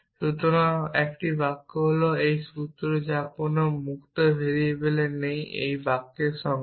সুতরাং একটি বাক্য হল একটি সূত্র যার কোন মুক্ত ভেরিয়েবল নেই এটি একটি বাক্যের সংজ্ঞা